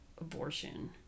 abortion